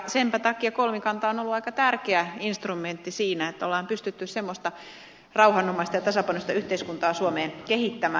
senpä takia kolmikanta on ollut aika tärkeä instrumentti siinä että on pystytty semmoista rauhanomaista ja tasapainoista yhteiskuntaa suomeen kehittämään